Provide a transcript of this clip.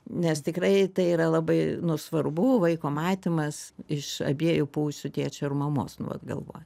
nes tikrai tai yra labai nu svarbu vaiko matymas iš abiejų pusių tėčio ir mamos nu vat galvoj